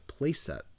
playset